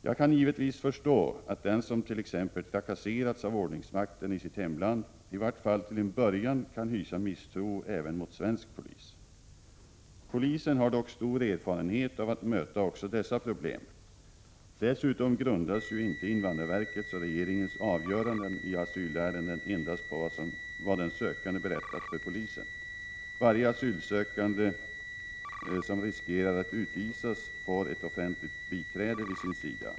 Jag kan givetvis förstå att den som t.ex. trakasserats av ordningsmakten i sitt hemland i vart fall till en början kan hysa misstro även mot svensk polis. Polisen har dock stor erfarenhet av att möta också dessa problem. Dessutom grundas ju inte invandrarverkets och regeringens avgöranden i asylärenden endast på vad den sökande berättat för polisen. Varje asylsökande som riskerar att utvisas får ett offenligt biträde vid sin sida.